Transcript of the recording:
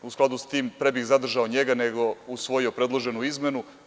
U skladu s tim, pre bih zadržao njega nego usvojio predloženu izmenu.